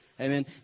Amen